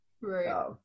Right